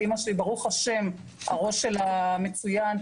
ברוך השם הראש שלה מצוין,